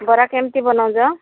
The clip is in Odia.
ବରା କେମିତି ବନଉଛ